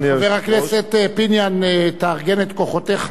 חבר הכנסת פיניאן, תארגן את כוחותיך.